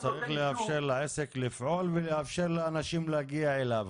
צריך לאפשר לעסק לפעול ולאפשר לאנשים להגיע אליו,